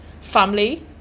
family